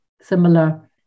similar